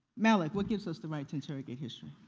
malick, what gives us the right to interrogate history?